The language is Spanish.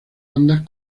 bandas